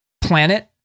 planet